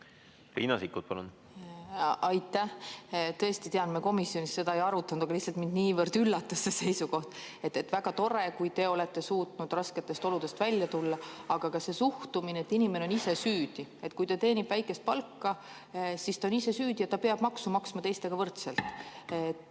riigiabi vaja? Aitäh! Tõesti tean, et me komisjonis seda ei arutanud, aga mind lihtsalt niivõrd üllatas see seisukoht. Väga tore, kui teie olete suutnud rasketest oludest välja tulla. Aga see suhtumine, et inimene on ise süüdi, kui ta teenib väikest palka, et ta on ise süüdi ja peab maksu maksma teistega võrdselt